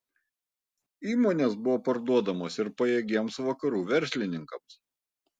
įmonės buvo parduodamos ir pajėgiems vakarų verslininkams